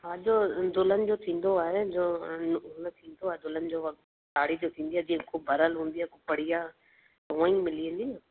हा जो जो दुल्हन जो थींदो आहे जो थींदो आहे दुल्हन जो वॻो साड़ी जो थींदी आहे जेको भरियल हूंदी आहे खूब बढ़िया उहे ई मिली वेंदी न